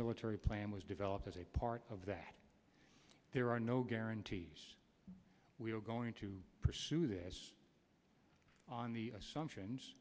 military plan was developed as a part of that there are no guarantees we are going to pursue this on the assumptions